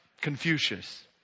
Confucius